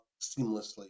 seamlessly